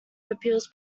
appeals